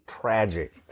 tragic